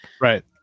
Right